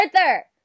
Arthur